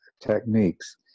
techniques